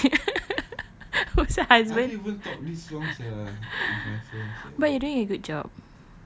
also husband but you're doing a good job